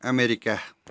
America